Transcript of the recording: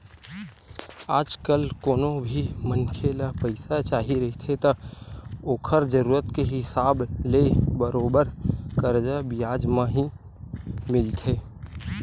आजकल कोनो भी मनखे ल पइसा चाही रहिथे त ओखर जरुरत के हिसाब ले बरोबर करजा बियाज म ही मिलथे